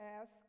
ask